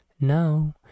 now